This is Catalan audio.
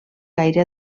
gaire